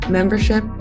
membership